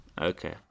Okay